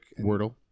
Wordle